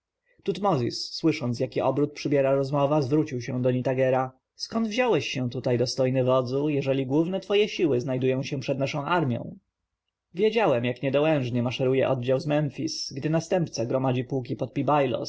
tutmozis słysząc jaki obrót przybiera rozmowa zwrócił się do nitagera skąd wziąłeś się tutaj dostojny wodzu jeżeli główne twoje siły znajdują się przed naszą armją wiedziałem jak niedołężnie maszeruje oddział z memfis gdy następca gromadzi pułki pod pi-bailos